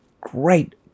great